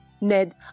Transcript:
Ned